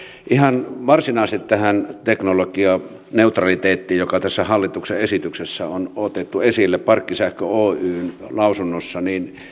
ihan varsinaisesti tähän teknologianeutraliteettiin joka tässä hallituksen esityksessä on otettu esille parkkisähkö oyn lausunnossa